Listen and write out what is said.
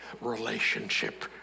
relationship